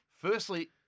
Firstly